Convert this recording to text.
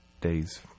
days